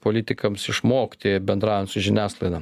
politikams išmokti bendraujan su žiniasklaida